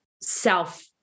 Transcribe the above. self